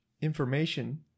information